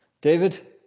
David